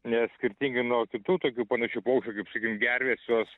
nes skirtingai nuo kitų tokių panašių paukščių kaip kaip gervės jos